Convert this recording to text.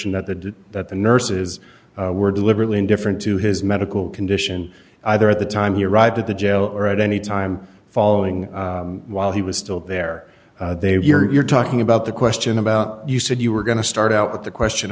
assertion that the that the nurses were deliberately indifferent to his medical condition either at the time he arrived at the jail or at any time following while he was still there they have you're talking about the question about you said you were going to start out with the question